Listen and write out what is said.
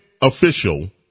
official